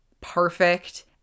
perfect